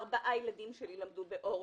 ארבעה ילדים שלי למדו באורט.